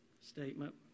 statement